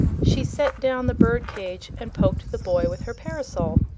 she set down the bird-cage and poked the boy with her parasol.